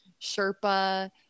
Sherpa